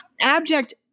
Abject